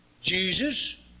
Jesus